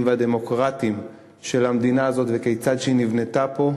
והדמוקרטיים של המדינה הזאת וכיצד היא נבנתה פה,